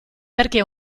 perché